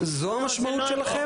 זו המשמעות שלכם?